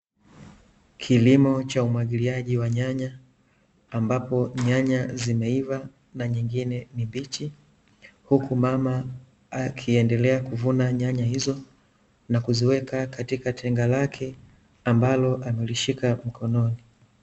Kilimo cha umwagiliaji wa nyanya , ambapo nyanya zimeiva na nyingine ni mbichi, huku mama, akiendelea kuvuna nyanya hizo na kuziweka katika tenga lake ambalo amelishika mkononi.